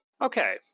Okay